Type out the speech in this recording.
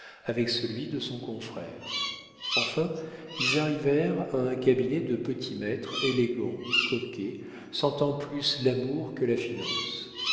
avec celui de son confrère enfin ils arrivèrent à un cabinet de petit maître élégant coquet sentant plus l'amour que la finance